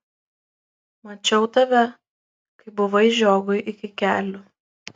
mačiau tave kai buvai žiogui iki kelių